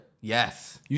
Yes